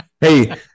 Hey